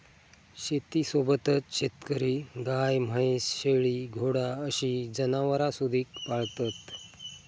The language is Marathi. शेतीसोबतच शेतकरी गाय, म्हैस, शेळी, घोडा अशी जनावरांसुधिक पाळतत